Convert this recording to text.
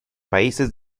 países